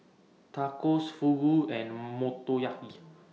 Tacos Fugu and Motoyaki